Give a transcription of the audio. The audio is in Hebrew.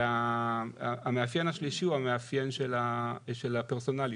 המאפיין השלישי הוא המאפיין של הפרסונליות.